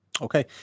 Okay